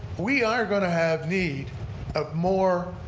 we are going to have need of more